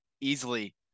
easily